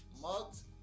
mugs